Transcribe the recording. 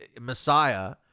Messiah